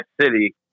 city